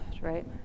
right